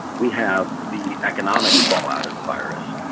we have the economic fallout of the virus.